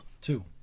two